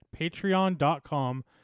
patreon.com